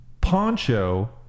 Poncho